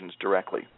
directly